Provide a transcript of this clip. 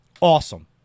awesome